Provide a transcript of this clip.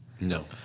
No